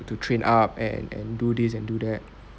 to train up and and do this and do that